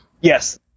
Yes